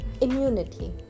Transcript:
Immunity